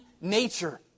nature